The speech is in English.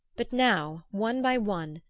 but now, one by one,